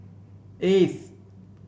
eighth